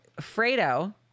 Fredo